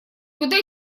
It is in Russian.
куда